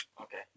okay